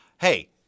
Hey